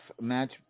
match